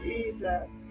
Jesus